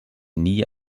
nie